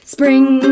Spring